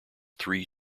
three